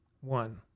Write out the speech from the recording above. One